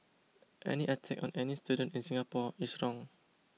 any attack on any student in Singapore is wrong